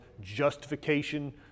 justification